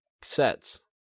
sets